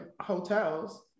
hotels